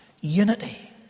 Unity